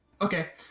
Okay